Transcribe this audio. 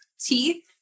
teeth